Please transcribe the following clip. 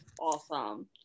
awesome